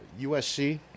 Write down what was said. USC